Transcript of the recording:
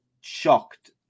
shocked